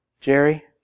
Jerry